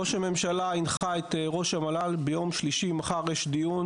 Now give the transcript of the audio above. ראש הממשלה הנחה את ראש המל"ל מחר יש דיון